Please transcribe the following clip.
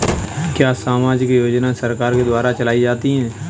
क्या सामाजिक योजनाएँ सरकार के द्वारा चलाई जाती हैं?